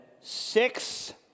six